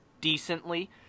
decently